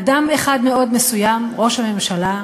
אדם אחד מאוד מסוים, ראש הממשלה,